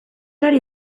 ari